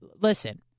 listen